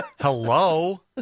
Hello